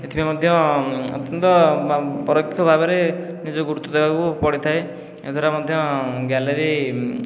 ଏଥିପାଇଁ ମଧ୍ୟ ଅତ୍ୟନ୍ତ ପରୋକ୍ଷ ଭାବରେ ନିଜକୁ ଗୁରୁତ୍ୱ ଦେବାକୁ ପଡ଼ିଥାଏ ଏହା ଦ୍ୱାରା ମଧ୍ୟ ଗ୍ୟାଲେରୀ